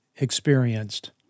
experienced